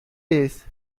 days